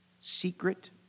secret